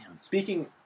Speaking